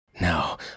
No